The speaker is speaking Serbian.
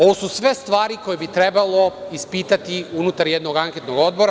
Ovo su sve stvari koje bi trebalo ispitati unutar jednog anketnog odbora.